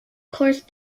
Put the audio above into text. course